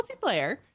multiplayer